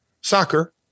soccer